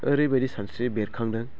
ओरैबायदि सानस्रि बेरखांदों